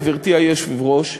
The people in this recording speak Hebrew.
גברתי היושבת-ראש,